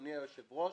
אדוני היושב-ראש,